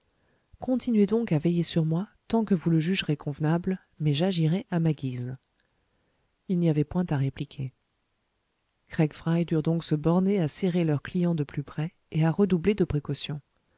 continuez donc à veiller sur moi tant que vous le jugerez convenable mais j'agirai à ma guise il n'y avait point à répliquer craig fry durent donc se borner à serrer leur client de plus près et à redoubler de précautions